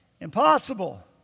impossible